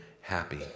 happy